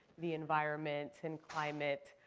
the environment and climate,